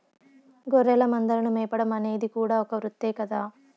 గొర్రెల మందలను మేపడం అనేది కూడా ఒక వృత్తే కదా